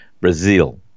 Brazil